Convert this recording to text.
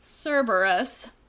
Cerberus